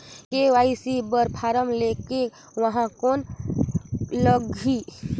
KYC बर फारम ले के ऊहां कौन लगही?